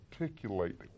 articulate